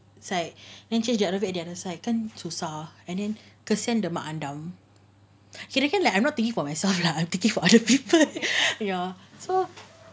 site then change another outfit at another sit kan susah and then kesian the mak andam kadang kadang I'm not thinking for myself lah I am thinking for other people so ya